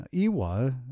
Iwa